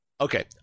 Okay